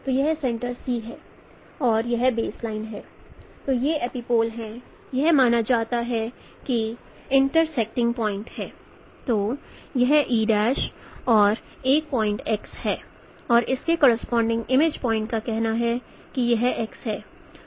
तो यह e और एक पॉइंट x है और इसके करोसपोंडिंग इमेज पॉइंट का कहना है कि यह x है